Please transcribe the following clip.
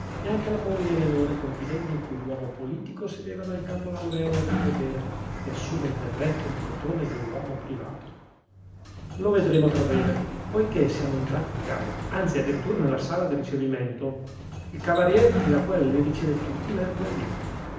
neanche alla moglie nelle ore confidenti in cui l'uomo pubblico si leva dal capo l'aureola del potere e assume il berretto di cotone dell'uomo privato lo vedremo tra breve poichè siamo entrati in casa anzi a dirittura nella sala di ricevimento il cavalier tiraquelli riceve tutti i mercoledì